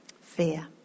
Fear